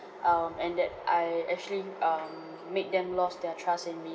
um and that I actually um made them lost their trust in me